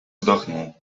вздохнул